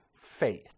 faith